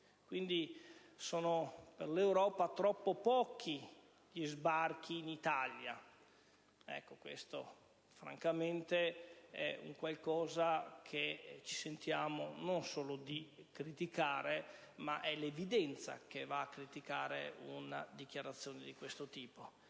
Quindi, per l'Europa sono troppo pochi gli sbarchi in Italia. Questo francamente è qualcosa che ci sentiamo non solo di criticare, ma è l'evidenza che va a criticare una dichiarazione di questo tipo.